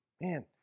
Man